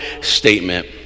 statement